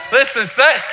Listen